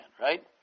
right